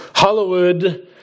Hollywood